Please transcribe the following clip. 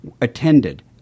attended